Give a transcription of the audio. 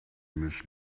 mrs